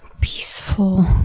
peaceful